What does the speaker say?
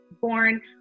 born